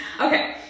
Okay